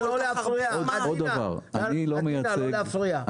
עדינה, לא להפריע.